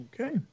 Okay